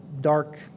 dark